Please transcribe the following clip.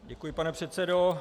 Děkuji, pane předsedo.